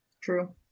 True